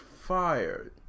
fired